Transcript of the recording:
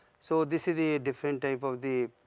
so, this is the ah different type of the,